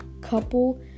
couple